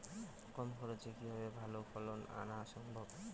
কম খরচে কিভাবে ভালো ফলন আনা সম্ভব?